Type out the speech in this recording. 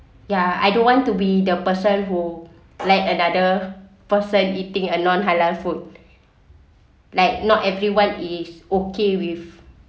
ya I don't want to be the person who let another person eating a non halal food like not everyone is okay with